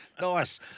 Nice